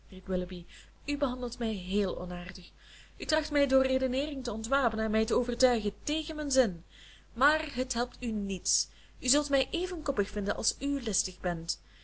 u behandelt mij heel onaardig u tracht mij door redeneering te ontwapenen en mij te overtuigen tegen mijn zin maar het helpt u niets u zult mij even koppig vinden als u listig bent